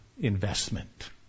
investment